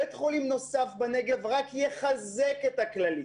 בית חולים נוסף בנגב רק יחזק את הכללית,